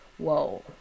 whoa